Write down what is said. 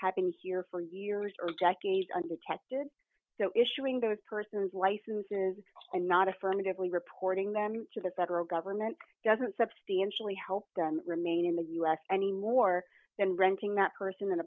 been here for years or decades undetected so issuing those persons licenses and not affirmatively reporting them to the federal government doesn't substantially help them remain in the us any more than renting that person an